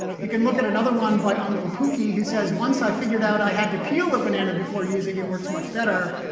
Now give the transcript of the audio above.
you can look at another one by uncle pookie who says, once i figured out i had to peel the banana before using, it works much better.